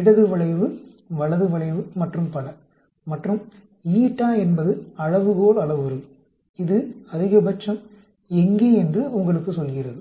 இடது வளைவு வலது வளைவு மற்றும் பல மற்றும் η என்பது அளவுகோள் அளவுரு இது அதிகபட்சம் எங்கே என்று உங்களுக்கு சொல்கிறது